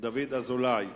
דוד אזולאי.